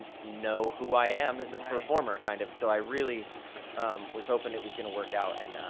know who i am as a performer, kind of. so, i really was hoping it was gonna work out. and,